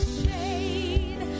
shade